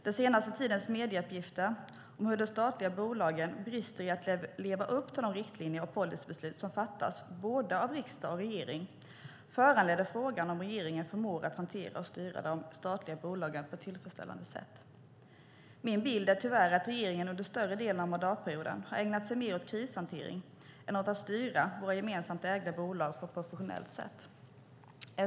Den senaste tidens medieuppgifter om hur de statliga bolagen brister i att leva upp till de riktlinjer och policybeslut som fattas både av riksdag och av regering föranleder frågan om regeringen förmår att hantera och styra de statliga bolagen på ett tillfredsställande sätt. Min bild är tyvärr att regeringen under större delen av mandatperioden har ägnat sig mer åt krishantering än åt att styra våra gemensamt ägda bolag på ett professionellt sätt.